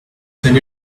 send